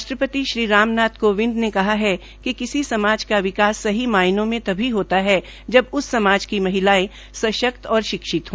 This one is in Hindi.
राष्ट्रपति श्री राम नाथ कोविंद ने कहा है कि किसी समाज का विकास सही मायनो में तभी होता है जब उस समाज की महिलांए सशक्त और शिक्षित हो